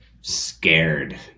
scared